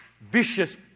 vicious